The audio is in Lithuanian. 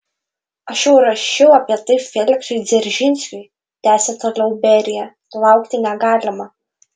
aš jau rašiau apie tai feliksui dzeržinskiui tęsė toliau berija laukti negalima